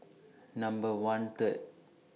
Number one Third